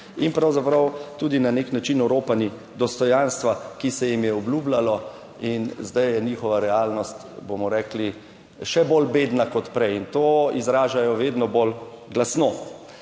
in pravzaprav tudi na nek način oropani dostojanstva, ki se jim je obljubljalo. In zdaj je njihova realnost, bomo rekli, še bolj bedna kot prej in to izražajo vedno bolj glasno.